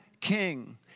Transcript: king